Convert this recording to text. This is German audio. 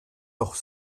doch